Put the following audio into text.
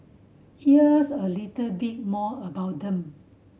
here's a little bit more about them